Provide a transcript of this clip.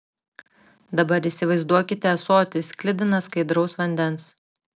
dabar įsivaizduokite ąsotį sklidiną skaidraus vandens